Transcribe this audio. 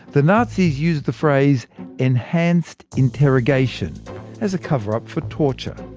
the nazis used the phrase enhanced interrogation as a cover up for torture.